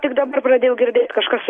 tik dabar pradėjau girdėt kažkas